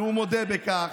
והוא מודה בכך.